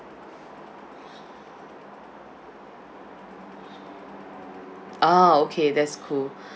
ah okay that's cool